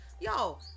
yo